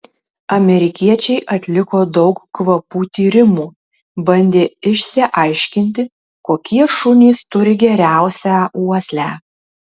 amerikiečiai atliko daug kvapų tyrimų bandė išsiaiškinti kokie šunys turi geriausią uoslę